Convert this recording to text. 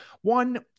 One